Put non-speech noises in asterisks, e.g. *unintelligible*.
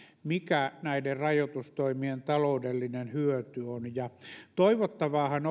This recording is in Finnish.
mikä näiden rajoitustoimien taloudellinen hyöty on toivottavaahan *unintelligible*